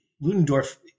Ludendorff –